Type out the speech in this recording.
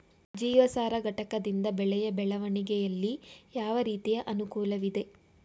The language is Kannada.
ಜೀವಸಾರ ಘಟಕದಿಂದ ಬೆಳೆಯ ಬೆಳವಣಿಗೆಯಲ್ಲಿ ಯಾವ ರೀತಿಯ ಅನುಕೂಲವಿದೆ?